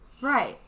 right